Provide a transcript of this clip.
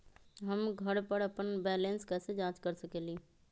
हम घर पर अपन बैलेंस कैसे जाँच कर सकेली?